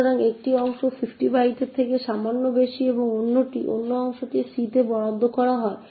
সুতরাং একটি অংশ 50 বাইটের থেকে সামান্য বেশি এবং এই অংশটি C তে বরাদ্দ করা হয়